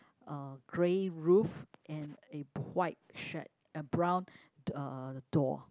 a grey roof and a white shed a brown uh door